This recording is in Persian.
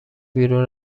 بیرون